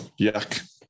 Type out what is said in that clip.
Yuck